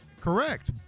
Correct